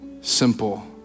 simple